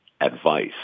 advice